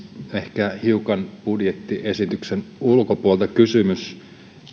ehkä hiukan budjettiesityksen ulkopuolelta kysymys